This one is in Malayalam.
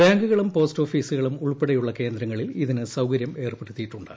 ബാങ്കുകളും പോസ്റ്റ് ഓഫീസുകളും ഉൾപ്പെടെയുള്ള കേന്ദ്രങ്ങളിൽ ഇതിന് സൌകര്യം ഏർപ്പെടുത്തിയിട്ടുണ്ട്